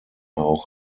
auch